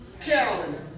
Carolyn